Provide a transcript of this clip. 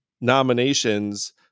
nominations